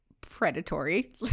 predatory